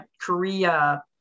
korea